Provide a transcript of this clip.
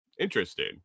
Interesting